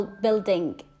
building